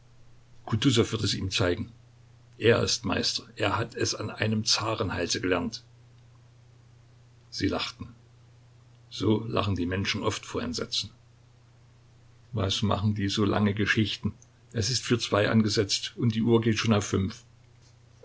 wird es ihm zeigen er ist meister er hat es an einem zarenhalse gelernt sie lachten so lachen die menschen oft vor entsetzen was machen die so lange geschichten es ist für zwei angesetzt und die uhr geht schon auf fünf